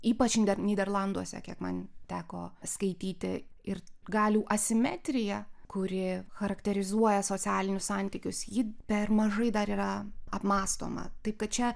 ypač nyder nyderlanduose kiek man teko skaityti ir galių asimetrija kuri charakterizuoja socialinius santykius ji per mažai dar yra apmąstoma taip kad čia